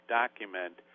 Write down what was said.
document